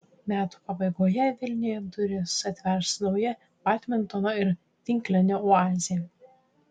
metų pabaigoje vilniuje duris atvers nauja badmintono ir tinklinio oazė